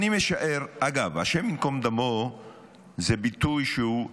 אגב, השם ייקום דמו זה ביטוי שהוא: